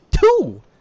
two